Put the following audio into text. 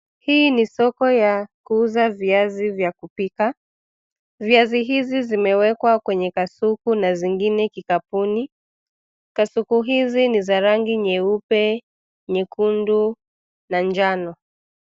Hii ni soko ya kuuza viazi vya kupika. Viazi hizi zimewekwa kwenye kasuku na vingine kikapuni. Kasuku hizi ni za rangi nyeupe, nyekundu, na njano.